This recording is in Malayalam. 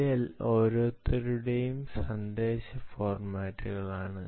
ഇത് ഓരോരുത്തരുടെയും സന്ദേശ ഫോർമാറ്റുകളാണ്